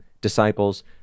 disciples